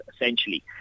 essentially